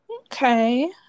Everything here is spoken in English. Okay